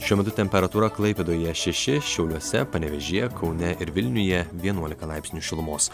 šiuo metu temperatūra klaipėdoje šeši šiauliuose panevėžyje kaune ir vilniuje vienuolika laipsnių šilumos